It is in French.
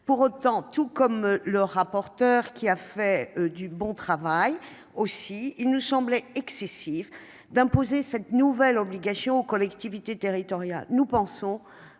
Pour autant, tout comme au rapporteur, dont je salue le travail, il nous semblait excessif d'imposer cette nouvelle obligation aux collectivités territoriales. Nous pensons